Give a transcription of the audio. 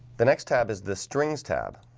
the next tab is the strings tab,